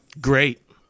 Great